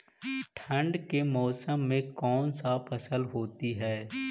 ठंडी के मौसम में कौन सा फसल होती है?